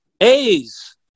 A's